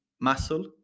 muscle